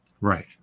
Right